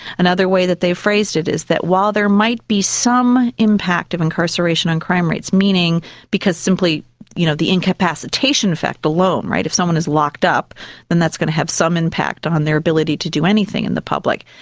another way that they phrased it is that while there might be some impact of incarceration on crime rates, meaning because simply you know the incapacitation effect alone, if someone is locked up then that's going to have some impact on their ability to do anything in the public,